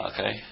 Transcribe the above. Okay